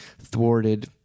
Thwarted